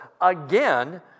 again